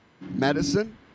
medicine